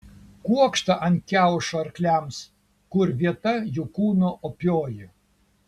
kuokštą ant kiaušo arkliams kur vieta jų kūno opioji